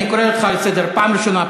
אני קורא אותך לסדר פעם ראשונה,